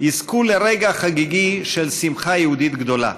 יזכו לרגע החגיגי של שמחה יהודית גדולה,